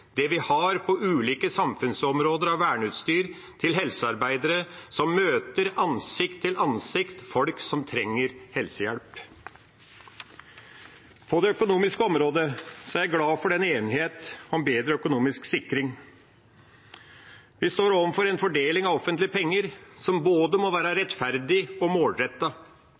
vi har av verneutstyr til helsearbeidere som ansikt til ansikt møter folk som trenger helsehjelp. På det økonomiske området er jeg glad for enigheten om bedre økonomisk sikring. Vi står overfor en fordeling av offentlige penger som må være både rettferdig og målrettet. Den må være rettferdig overfor ansatte, sjølstendig næringsdrivende, bedrifter og